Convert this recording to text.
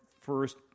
first